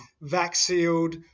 vac-sealed